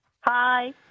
Hi